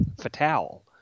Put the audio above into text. Fatal